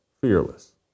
fearless